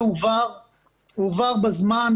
שערים ועל הילדה שעצרו אותה בצורה כזאת ברוטלית.